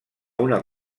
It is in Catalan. una